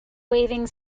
waving